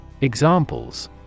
Examples